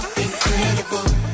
incredible